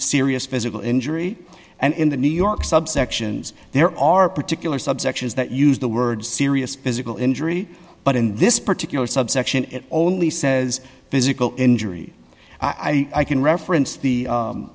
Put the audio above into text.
serious physical injury and in the new york subsections there are particular subsections that use the word serious physical injury but in this particular subsection it only says physical injury i can reference the